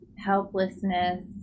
helplessness